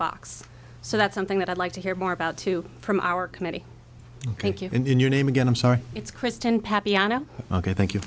box so that's something that i'd like to hear more about too from our committee thank you and your name again i'm sorry it's kristen pappy ana ok thank you